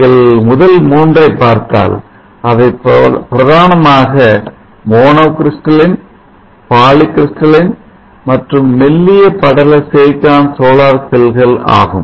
நீங்கள் முதல் மூன்றை பார்த்தால் அவை பிரதானமாக monocrystalline polycrystalline மற்றும் மெல்லிய படல சிலிக்கன் சோலார் செல்கள் ஆகும்